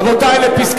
רבותי, מס'